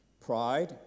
Pride